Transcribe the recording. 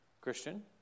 Christian